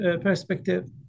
perspective